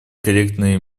конкретные